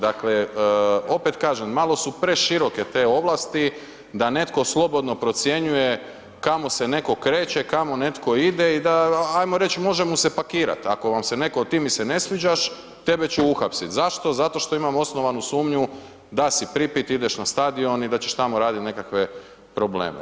Dakle, opet kažem, malo su preširoke te ovlasti da netko slobodno procjenjuje kamo se neko kreće, kamo netko ide i da ajmo reći možemo se pakirati, ti mi se ne sviđaš, tebe ću uhapsit, zašto, zato što imamo osnovanu sumnju da si pripit, ideš na stadion i da ćeš tamo radit nekakve probleme.